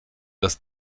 das